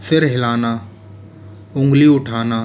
सिर हिलाना ऊँगली उठाना